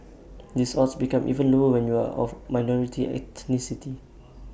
these odds become even lower when you are of A minority ethnicity